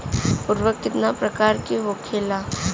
उर्वरक कितना प्रकार के होखेला?